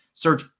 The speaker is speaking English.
Search